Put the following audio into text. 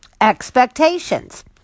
expectations